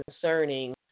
concerning